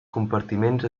compartiments